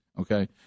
Okay